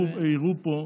יראו פה,